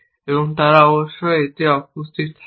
এবং তারা অবশ্যই এতে উপস্থিত থাকত